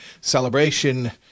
celebration